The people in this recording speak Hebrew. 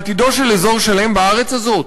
לעתידו של אזור שלם בארץ הזאת?